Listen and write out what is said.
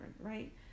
right